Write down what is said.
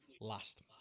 last